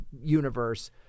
universe